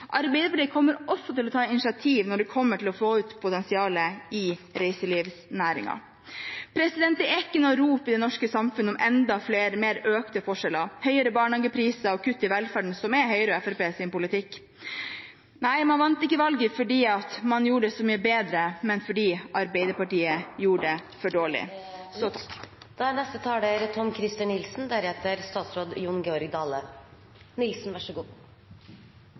Arbeiderpartiet kommer også til å ta initiativ når det kommer til å få ut potensial i reiselivsnæringen. Det er ikke noe rop i det norske samfunnet om enda mer økte forskjeller, høyere barnehagepriser og kutt i velferden, som er Høyre og Fremskrittspartiets politikk. Nei, man vant ikke valget fordi man gjorde det så mye bedre, men fordi Arbeiderpartiet gjorde det for dårlig. Vi har en alvorlig utfordring i dette landet: Vi må skape flere arbeidsplasser. Det er